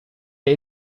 der